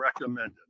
recommended